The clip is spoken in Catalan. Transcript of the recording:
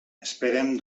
esperem